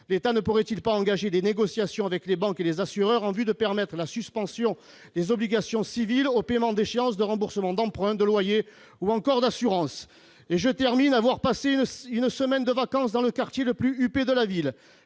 L'État ne pourrait-il pas engager des négociations avec les banques et les assureurs en vue de permettre la suspension des obligations civiles au paiement d'échéances de remboursements d'emprunt, de loyers ou encore d'assurances ? Avoir passé une semaine de vacances dans le quartier le plus huppé de la ville,